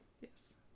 Yes